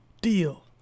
deal